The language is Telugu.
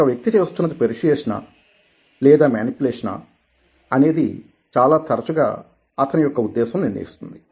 ఒక వ్యక్తి చేస్తున్నది పెర్సుయేసనా లేదా మేనుప్లేషనా అనేది చాలా తరచుగా అతని యొక్క ఉద్దేశ్యం నిర్ణయిస్తుంది